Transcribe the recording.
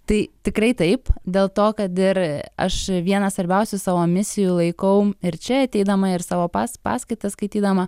tai tikrai taip dėl to kad ir aš vieną svarbiausių savo misijų laikau ir čia ateidama ir savo pas paskaitas skaitydama